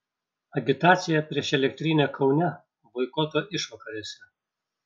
agitacija prieš elektrinę kaune boikoto išvakarėse